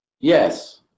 Yes